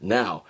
now